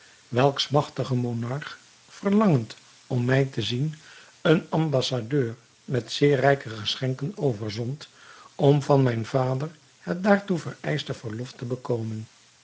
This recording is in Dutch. welks magtige monarch verlangend om mij te zien een ambassadeur met zeer rijke geschenken overzond om van mijn vader het daartoe vereischte verlof te bekomen